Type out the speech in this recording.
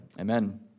Amen